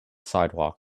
sidewalk